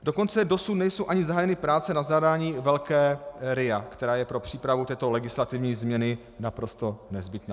Dokonce dosud nejsou ani zahájeny práce na zadání velké RIA, která je pro přípravu této legislativní změny naprosto nezbytná.